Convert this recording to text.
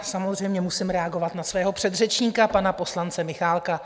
Samozřejmě musím reagovat na svého předřečníka, pana poslance Michálka.